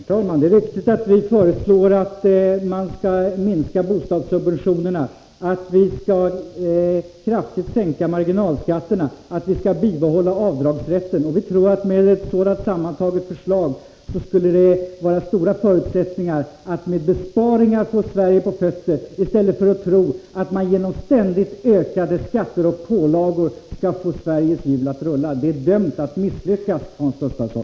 Herr talman! Det är riktigt att vi föreslår att man skall minska bostadssubventionerna, att man skall kraftigt sänka marginalskatterna och att man skall bibehålla avdragsrätten. Vi tror att man genom dessa åtgärder sammantagna skulle ha stora förutsättningar att med besparingar få Sverige på fötter i stället för att genom ständigt ökade skatter och pålagor försöka få Sveriges hjul att rulla. Det är dömt att misslyckas, Hans Gustafsson.